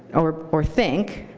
or or think,